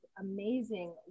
amazing